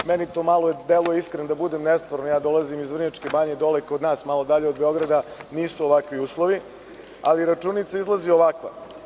Meni to malo deluje, iskren da bude nestvarno, jer dolazim iz Vrnjačke Banje, dole kod nas, malo dalje od Beograda nisu ovakvi uslovi, ali računica izlazi ovakva.